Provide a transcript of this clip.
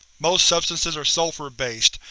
most substances are sulfur-based,